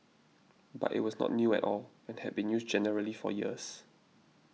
but it was not new at all and had been used generally for years